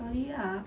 sorry ah